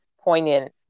poignant